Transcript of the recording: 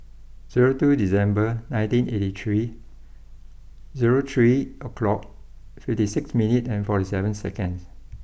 zero two December nineteen eighty three zero three o'clock fifty six minute and forty seven seconds